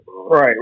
Right